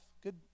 good